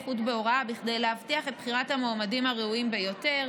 איכות בהוראה כדי להבטיח את בחירת המועמדים הראויים ביותר,